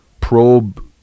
probe